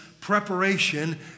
preparation